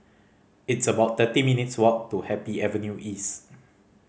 it's about thirty minutes' walk to Happy Avenue East